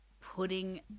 putting